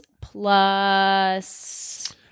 plus